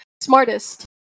smartest